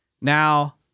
Now